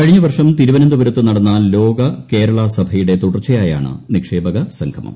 കഴിഞ്ഞ വർഷം തിരുവനന്തപുരത്ത് നടന്ന ലോക കേരളസഭയുടെ തുടർച്ചയായാണ് നിക്ഷേപക സംഗമം